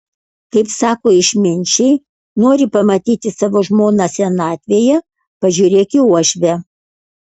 kaip sako išminčiai nori pamatyti savo žmoną senatvėje pažiūrėk į uošvę